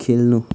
खेल्नु